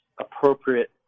appropriate